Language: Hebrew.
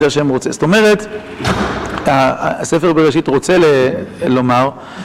שהם רוצים. זאת אומרת הספר בראשית רוצה לומר